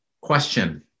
Question